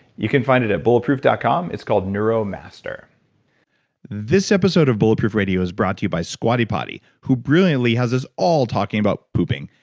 you can find it at bulletproof dot com. it's called neuromaster this episode of bulletproof radio is brought to you by squatty potty who brilliantly has us all talking about pooping.